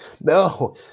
No